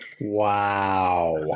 Wow